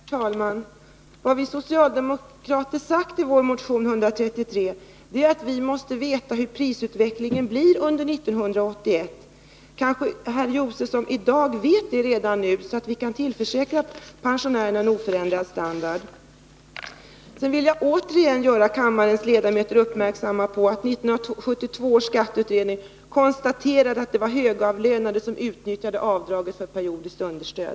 Herr talman! Vad vi socialdemokrater sagt i motion 133 är att vi måste veta hur prisutvecklingen blir under 1981. Kanske herr Josefson redan i dag vet 19 det, så att vi kan tillförsäkra pensionärerna en oförändrad standard? Sedan vill jag återigen göra kammarens ledamöter uppmärksamma på att 1972 års skatteutredning konstaterade att det var högavlönade som utnyttjade avdraget för periodiskt understöd.